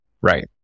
Right